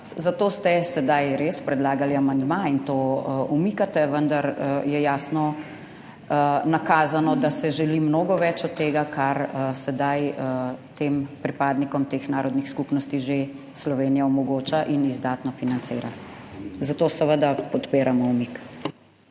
Za to ste sedaj res predlagali amandma in to umikate, vendar je jasno nakazano, da se želi mnogo več od tega, kar sedaj tem pripadnikom teh narodnih skupnosti Slovenija že omogoča in izdatno financira. Zato seveda podpiramo umik.